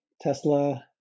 Tesla